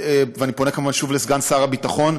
אני פונה שוב, כמובן, לסגן שר הביטחון,